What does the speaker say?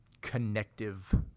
connective